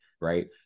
right